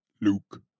Luke